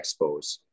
Expos